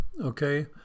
okay